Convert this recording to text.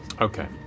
Okay